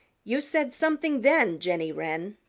you said something then, jenny wren,